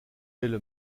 elle